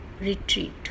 retreat